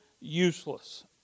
useless